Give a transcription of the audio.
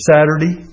Saturday